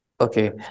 Okay